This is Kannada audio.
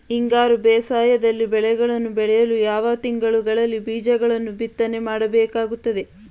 ಹಿಂಗಾರು ಬೇಸಾಯದಲ್ಲಿ ಬೆಳೆಗಳನ್ನು ಬೆಳೆಯಲು ಯಾವ ತಿಂಗಳುಗಳಲ್ಲಿ ಬೀಜಗಳನ್ನು ಬಿತ್ತನೆ ಮಾಡಬೇಕಾಗುತ್ತದೆ?